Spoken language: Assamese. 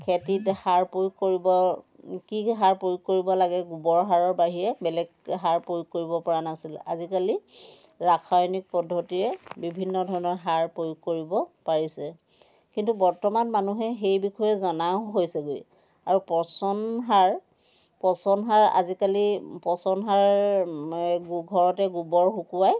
খেতিত সাৰ প্ৰয়োগ কৰিব কি সাৰ প্ৰয়োগ কৰিব লাগে গোবৰ সাৰৰ বাহিৰে বেলেগ সাৰ প্ৰয়োগ কৰিব পৰা নাছিল আজিকালি ৰাসায়নিক পদ্ধতিৰে বিভিন্ন ধৰণৰ সাৰ প্ৰয়োগ কৰিব পাৰিছে কিন্তু বৰ্তমান মানুহে সেই বিষয়ে জনাও হৈছেগৈ আৰু পচন সাৰ পচন সাৰ আজিকালি পচন সাৰ এই ঘৰতে গোবৰ শুকুৱাই